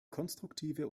konstruktive